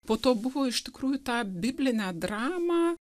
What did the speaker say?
po to buvo iš tikrųjų tą biblinę dramą